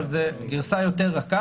אבל זו גרסה יותר רכה,